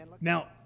Now